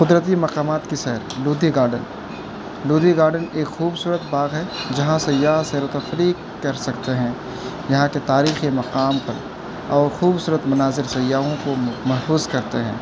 قدرتی مقامات کی سیر لودھی گاڈن لودھی گاڈن ایک خوبصورت باغ ہے جہاں سیاح سیر و تفریح کر سکتے ہیں یہاں کے تاریخی مقام پر اور خوبصورت مناظر سیاحوں کو محظوظ کرتے ہیں